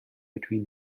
between